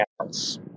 else